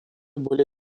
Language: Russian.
более